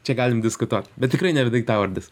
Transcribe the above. čia galim diskutuot bet tikrai nėra daiktavardis